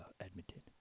Edmonton